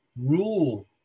rule